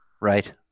Right